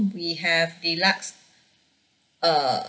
we have deluxe uh